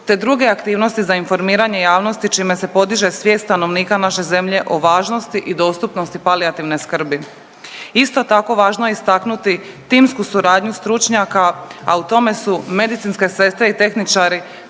te druge aktivnosti za informiranje javnosti, čime se podiže svijest stanovnika naše zemlje o važnosti i dostupnosti palijativne skrbi. Isto tako, važno je istaknuti timsku suradnju stručnjaka, a u tome su medicinske sestre i tehničari